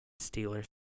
Steelers